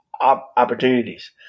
opportunities